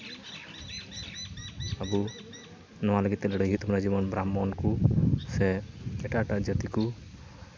ᱟ ᱵᱩ ᱱᱚᱣᱟ ᱞᱟᱹᱜᱤᱫ ᱛᱮ ᱞᱟᱹᱲᱦᱟᱹᱭ ᱦᱩᱭᱩᱜ ᱛᱟᱵᱚᱱᱟ ᱡᱮᱢᱚᱱ ᱵᱨᱟᱦᱢᱚᱱ ᱠᱚ ᱥᱮ ᱮᱴᱟᱜ ᱮᱴᱟᱜ ᱡᱟᱹᱛᱤ ᱠᱚ